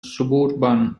suburban